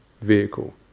vehicle